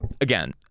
again